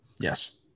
Yes